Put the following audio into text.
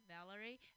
Valerie